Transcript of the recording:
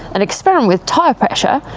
an experiment with tire pressure,